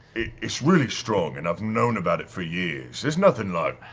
it's really strong and i've known about it for years, there's nothing, like,